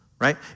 right